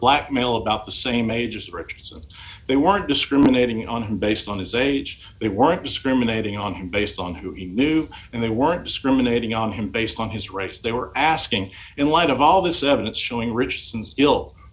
black male about the same age as rich so they weren't discriminating on him based on his age they weren't discriminating on him based on who he knew and they weren't discriminating on him based on his race they were asking in light of all this evidence showing ritch